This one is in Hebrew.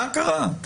מה קרה?